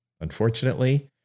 Unfortunately